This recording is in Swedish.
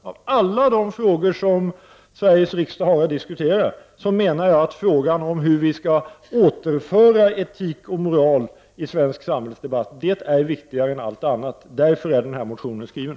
Av alla de frågor som Sveriges riksdag har att diskutera menar jag att frågan om hur vi skall återinföra etik och moral i svensk samhällsdebatt är viktigare än allt annat. Därför skrevs den här motionen.